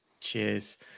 cheers